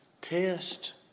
Test